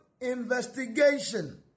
investigation